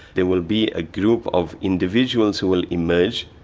there will be a group of individuals who will emerge.